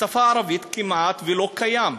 בשפה הערבית כמעט שלא קיים.